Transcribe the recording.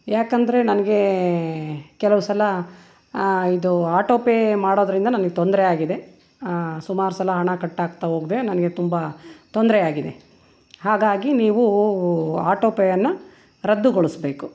ಯಾಕಂದರೆ ನನಗೆ ಕೆಲವು ಸಲ ಇದು ಆಟೋ ಪೇ ಮಾಡೋದರಿಂದ ನನಗ್ ತೊಂದರೆ ಆಗಿದೆ ಸುಮಾರು ಸಲ ಹಣ ಕಟ್ ಆಗ್ತಾ ಹೋಗಿದೆ ನನಗೆ ತುಂಬ ತೊಂದರೆ ಆಗಿದೆ ಹಾಗಾಗಿ ನೀವು ಆಟೋ ಪೇಯನ್ನು ರದ್ದುಗೊಳಿಸ್ಬೇಕು